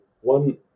one